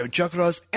Chakras